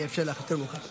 מה, נגיד ראש הממשלה שלך?